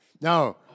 no